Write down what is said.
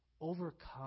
overcome